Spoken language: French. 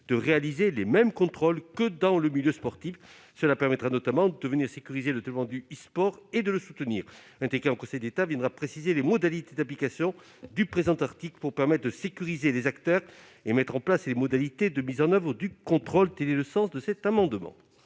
de réaliser les mêmes contrôles que dans le milieu sportif. Cela permettra notamment de sécuriser le développement du e-sport, et de le soutenir. Un décret en Conseil d'État précisera les modalités d'application du présent article, pour sécuriser les acteurs et mettre en place les modalités de mise en oeuvre du contrôle. Quel est l'avis de la commission